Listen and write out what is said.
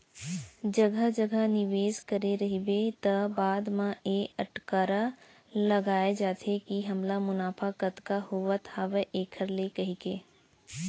जघा जघा निवेस करे रहिबे त बाद म ए अटकरा लगाय जाथे के हमला मुनाफा कतका होवत हावय ऐखर ले कहिके